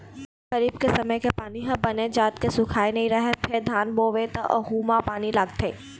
खरीफ के समे के पानी ह बने जात के सुखाए नइ रहय फेर धान बोबे त वहूँ म पानी लागथे